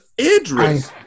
idris